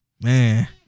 Man